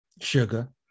Sugar